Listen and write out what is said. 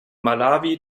malawi